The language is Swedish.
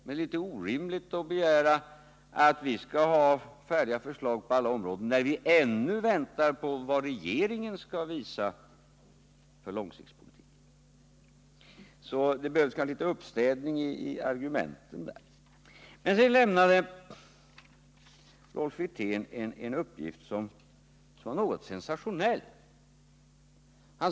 Det är orimligt att vi skall ha färdiga förslag på alla områden, när vi fortfarande väntar på regeringens långsiktiga politik. Det behövs litet uppstädning bland argumenten i den här frågan. Rolf Wirtén lämnade en uppgift som var något sensationell.